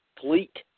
fleet